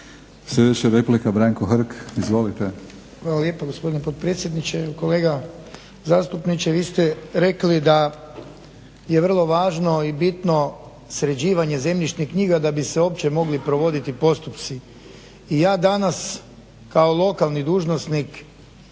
Sljedeća replika Branko Hrg, izvolite. **Hrg, Branko (HSS)** Hvala lijepa gospodine potpredsjedniče. Kolega zastupniče, vi ste rekli da je vrlo važno i bitno sređivanje zemljišnih knjiga da bi se uopće mogli provoditi postupci. I ja danas kao lokalni dužnosnik